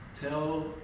tell